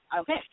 Okay